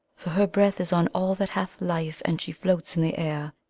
for her breath is on all that hath life, and she floats in the air,